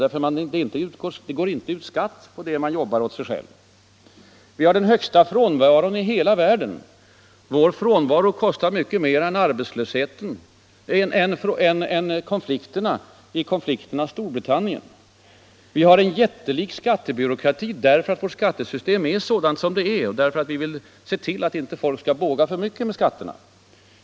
Det utgår inte skatt på det man gör åt sig själv. Vi har den högsta frånvaron från arbetet i hela världen. Vår frånvaro kostar mycket mer än konflikterna gör i Storbritannien. Vi har en jättelik skattebyråkrati därför att vårt skattesystem är sådant det är och för att vi vill se till att folk inte ”bågar” för mycket med skatterna.